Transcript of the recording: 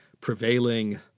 prevailing